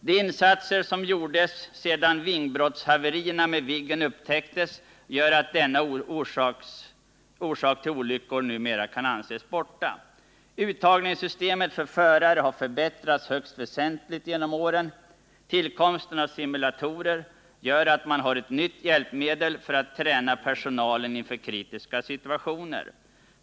De insatser som gjordes sedan vingbrottshaverierna med Viggen upptäcktes gör att denna olycksorsak numera anses borta. Uttagningssystemet för förare har förbättrats högst väsentligt genom åren. Tillkomsten av simulatorer gör att man har ett nytt hjälpmedel för att träna personalen inför kritiska situationer.